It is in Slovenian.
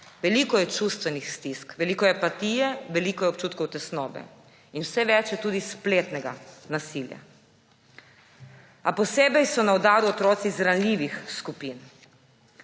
Veliko je čustvenih stisk, veliko je apatije, veliko je občutkov tesnobe. In vse več je tudi spletnega nasilja. A posebej so na udaru otroci iz ranljivih skupin.